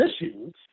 issues